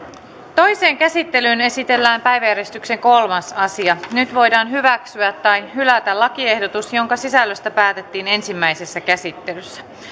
toiseen käsittelyyn esitellään päiväjärjestyksen kolmas asia nyt voidaan hyväksyä tai hylätä lakiehdotus jonka sisällöstä päätettiin ensimmäisessä käsittelyssä